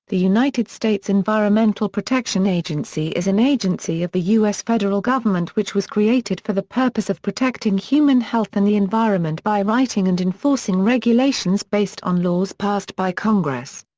the united states environmental protection agency is an agency of the u s. federal government which was created for the purpose of protecting human health and the environment by writing and enforcing regulations based on laws passed by congress.